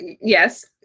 yes